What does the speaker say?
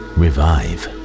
revive